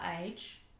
age